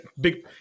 big